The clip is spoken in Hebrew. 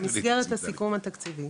במסגרת הסיכום התקציבי